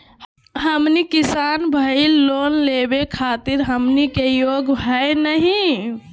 हमनी किसान भईल, लोन लेवे खातीर हमनी के योग्य हई नहीं?